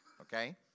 Okay